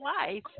life